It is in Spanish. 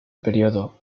periodo